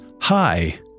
hi